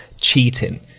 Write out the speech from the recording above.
cheating